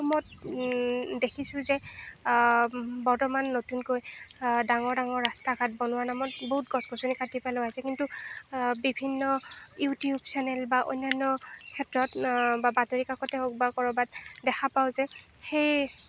অসমত দেখিছোঁ যে বৰ্তমান নতুনকৈ ডাঙৰ ডাঙৰ ৰাস্তা ঘাট বনোৱাৰ নামত বহুত গছ গছনি কাটি পেলোৱা হৈছে কিন্তু বিভিন্ন ইউটিউব চেনেল বা অন্যান্য ক্ষেত্ৰত বা বাতৰি কাকতেই হওক বা ক'ৰবাত দেখা পাওঁ যে সেই